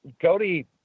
cody